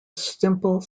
simple